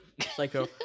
psycho